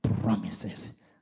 promises